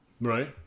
right